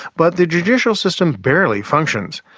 but the judicial system barely functions.